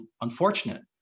unfortunate